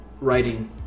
writing